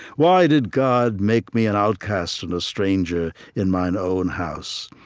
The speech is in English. why did god make me an outcast and a stranger in mine own house?